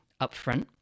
upfront